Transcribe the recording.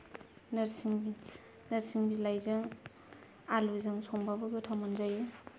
नोरसिं बिलाइजों आलुजों संबाबो गोथाव मोनजायो